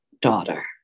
daughter